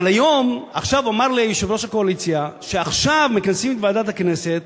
אבל עכשיו אמר לי יושב-ראש הקואליציה שעכשיו מכנסים את ועדת הכנסת